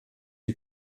die